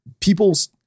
people's